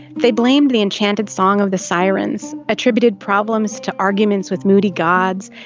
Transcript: they blamed the enchanted song of the sirens, attributed problems to arguments with moody gods,